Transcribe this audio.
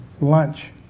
lunch